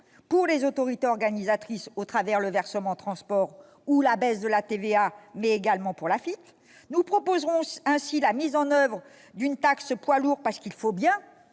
pour les autorités organisatrices au travers du versement transport ou de la baisse de la TVA et pour l'Afitf. Nous proposerons ainsi la mise en oeuvre d'une taxe poids lourds : il faut bien